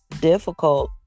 difficult